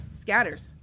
scatters